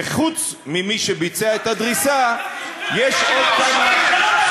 וחוץ ממי שביצע את הדריסה יש עוד כמה, המשטרה.